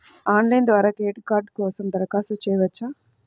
Online ద్వారా credit card కోసం దరఖాస్తు చేయవచ్చా?